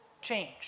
Change